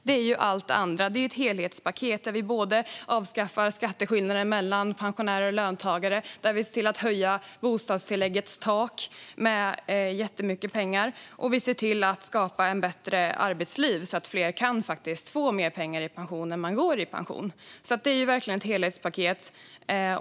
Detta är ett helhetspaket, där vi både avskaffar skatteskillnaden mellan pensionärer och löntagare, höjer bostadstilläggets tak jättemycket och ser till att skapa ett bättre arbetsliv så att fler kan få mer pengar när de går i pension.